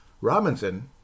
Robinson